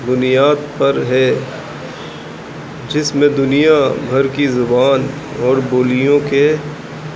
بنیاد پر ہے جس میں دنیا بھر کی زبان اور بولیوں کے